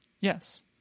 Yes